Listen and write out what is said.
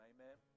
Amen